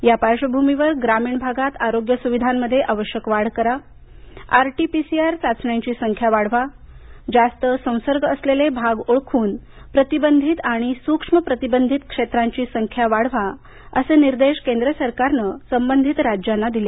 त्या पार्श्वभूमीवर ग्रामीण भागात आरोग्य सुविधांमध्ये आवश्यक वाढ करा आरटीपीसीआर चाचण्यांची संख्या वाढवाजास्त संसर्ग असलेले भाग ओळखून प्रतिबंधित आणि सूक्ष्म प्रतिबंधित क्षेत्रांची संख्या वाढवा असे निर्देश केंद्र सरकारन संबंधित राज्यांना दिले